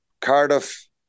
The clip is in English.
Cardiff